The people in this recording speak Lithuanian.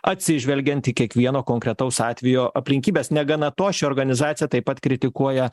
atsižvelgiant į kiekvieno konkretaus atvejo aplinkybes negana to ši organizacija taip pat kritikuoja